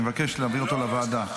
אני מבקש להעביר אותו לוועדה.